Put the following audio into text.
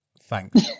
Thanks